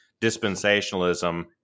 dispensationalism